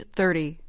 thirty